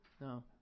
No